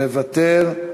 מוותר.